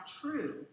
true